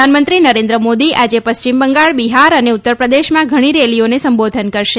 પ્રધાનમંત્રી નરેન્દ્ર મોદી આજે પશ્ચિમ બંગાળ બિહાર અને ઉત્તર પ્રદેશમાં ઘણી રેલીઓને સંબોધન કરશે